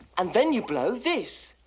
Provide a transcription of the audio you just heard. and then you blow this.